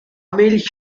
milch